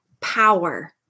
power